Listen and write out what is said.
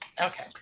Okay